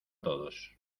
todos